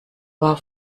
war